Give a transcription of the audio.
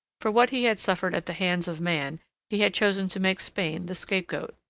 for what he had suffered at the hands of man he had chosen to make spain the scapegoat.